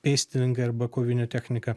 pėstininkai arba kovinė technika